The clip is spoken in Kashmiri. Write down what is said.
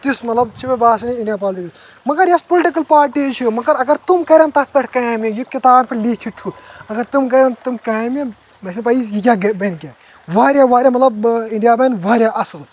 تِژھ مطلب چھِ باسان یہِ انڈیا پالٹکس مگر یۄس پُلٹکل پارٹی چھِ مگر اگر تِم کران تتھ پٮ۪ٹھ کامہِ یہِ کِتابن پٮ۪ٹھ لیٚکھِتھ چھُ اگر تِم کرَن تِم کامہِ مےٚ چھِنہٕ پیی یہِ کیٛاہ بنہِ کیاہ واریاہ واریاہ مطلب انڈیا بنہِ واریاہ اصل